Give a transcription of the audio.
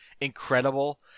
Incredible